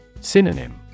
Synonym